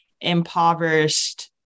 impoverished